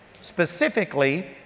specifically